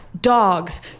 dogs